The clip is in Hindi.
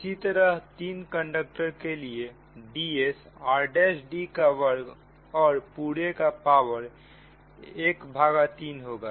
इसी प्रकार तीन कंडक्टर के लिए Ds r'd का वर्ग और पूरे का पावर ⅓ होगा